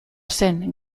zen